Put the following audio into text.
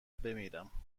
بمیرم